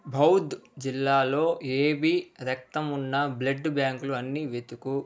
బౌద్ధ్ జిల్లాలో ఏబి రక్తం ఉన్న బ్లడ్ బ్యాంకులు అన్నీ వెతుకు